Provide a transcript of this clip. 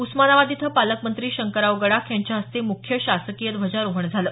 उस्मानाबाद इथं पालकमंत्री शंकरराव गडाख यांच्या हस्ते मुख्य शासकीय ध्वजारोहण झालं